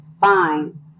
fine